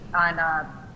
on